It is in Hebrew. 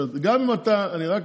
אני רק